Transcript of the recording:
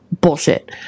bullshit